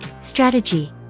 Strategy